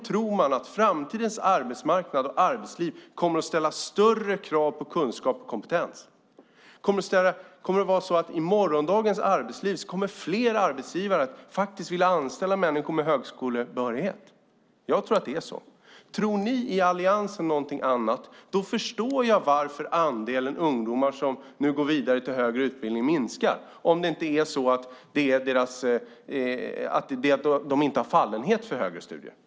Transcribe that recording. Tror man att framtidens arbetsmarknad och arbetsliv kommer att ställa större krav på kunskap och kompetens och att fler arbetsgivare i morgondagens arbetsliv kommer att vilja anställa människor med högskolebehörighet? Jag tror att det är så. Tror ni i alliansen någonting annat förstår jag varför andelen ungdomar som nu går vidare till högre utbildning minskar, om det inte är så att de inte har fallenhet för högre studier.